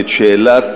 שאת שאלת